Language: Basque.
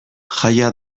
jaia